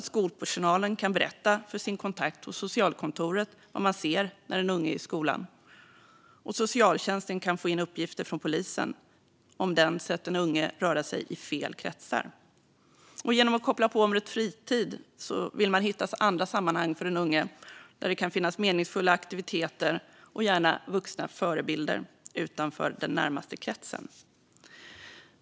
Skolpersonalen kan berätta för sin kontakt hos socialkontoret vad man ser när den unge är i skolan, och socialtjänsten kan få in uppgifter från polisen som sett den unge röra sig i "fel" kretsar. Genom att koppla på området fritid vill man hitta andra sammanhang för den unge där det kan finnas meningsfulla aktiviteter, och gärna vuxna förebilder, utanför den närmaste kretsen.